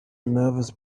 nervous